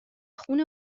خون